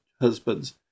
husbands